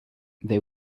they